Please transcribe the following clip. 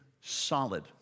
solid